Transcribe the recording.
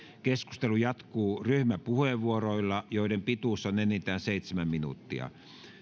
keskustelu jatkuu ryhmäpuheenvuoroilla joiden pituus on enintään seitsemän minuuttia